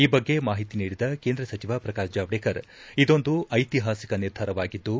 ಈ ಬಗ್ಗೆ ಮಾಹಿತಿ ನೀಡಿದ ಕೇಂದ್ರ ಸಚಿವ ಪ್ರಕಾಶ್ ಜಾವಡೇಕರ್ ಇದೊಂದು ಐತಿಹಾಸಿಕ ನಿರ್ಧಾರವಾಗಿದ್ದು